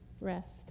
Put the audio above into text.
rest